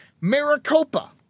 Maricopa